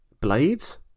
Blades